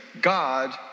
God